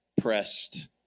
pressed